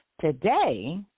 Today